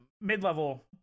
mid-level